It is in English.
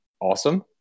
awesome